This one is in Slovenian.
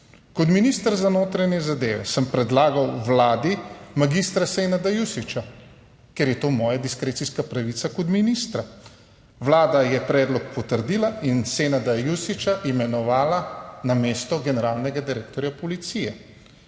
Kot minister za notranje zadeve sem predlagal Vladi mag. Senada Jušića, ker je to moja diskrecijska pravica kot ministra. Vlada je predlog potrdila in Senada Jušića imenovala na mesto generalnega direktorja policije.